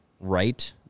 right